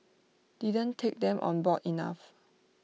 didn't take them on board enough